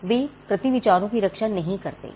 वे प्रति विचारों की रक्षा नहीं करते हैं